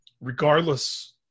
regardless